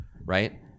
right